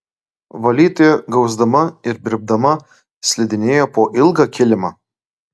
valytoja gausdama ir birbdama slidinėjo po ilgą kilimą